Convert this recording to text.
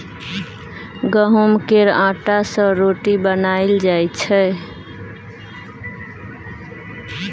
गहुँम केर आँटा सँ रोटी बनाएल जाइ छै